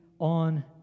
on